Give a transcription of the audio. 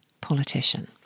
politician